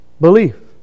belief